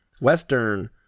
Western